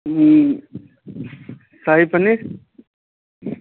हूँ शाही पनीर